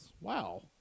Wow